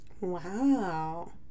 Wow